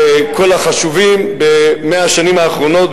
וכל החשובים ב-100 השנים האחרונות,